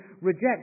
reject